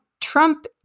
Trump